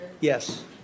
Yes